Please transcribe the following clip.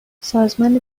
سازمان